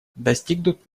достигнут